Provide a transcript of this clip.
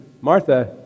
Martha